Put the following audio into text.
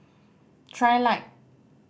trilight